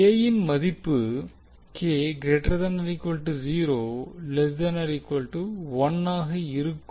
K இன் மதிப்பு ஆக இருக்கும்